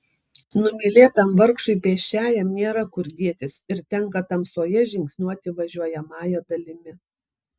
numylėtam vargšui pėsčiajam nėra kur dėtis ir tenka tamsoje žingsniuoti važiuojamąja dalimi